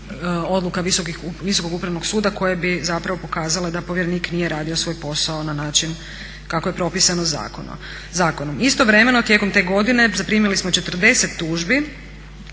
odluka Visokog upravnog suda koje bi zapravo pokazale da povjerenik nije radio svoj posao na način kako je propisano zakonom. Istovremeno tijekom te godine zaprimili smo 40 tužbi